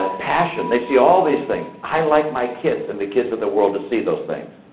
ah passion. they see all these things. i'd like my kids and the kids of the world to see those things.